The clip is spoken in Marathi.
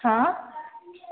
हां